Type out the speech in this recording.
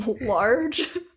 large